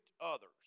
others